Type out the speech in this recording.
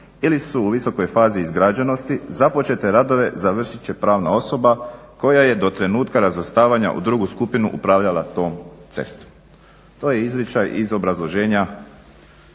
ili su u visokoj fazi izgrađenosti započete radove završit će pravna osoba koja je do trenutka razvrstavanja u drugu skupinu upravljala tom cestom". To je izričaj iz obrazloženja